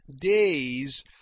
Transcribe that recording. days